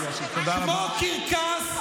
כמו קרקס,